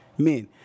Men